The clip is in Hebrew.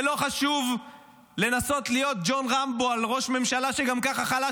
ולא חשוב לנסות להיות ג'ון רמבו על ראש ממשלה שגם ככה חלש.